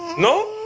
no?